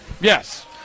Yes